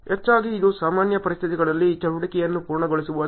ಹೆಚ್ಚಾಗಿ ಇದು ಸಾಮಾನ್ಯ ಪರಿಸ್ಥಿತಿಗಳಲ್ಲಿ ಚಟುವಟಿಕೆಯನ್ನು ಪೂರ್ಣಗೊಳಿಸುವ ಸಮಯ